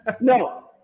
No